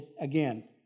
again